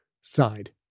sighed